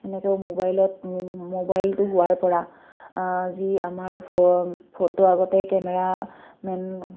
তেনেকেও মোবাইলত মোবাইলটো হোৱাৰ পৰা যি আমাৰ ফ ফটো আগতে কেমেৰামেন